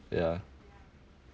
ya